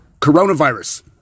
coronavirus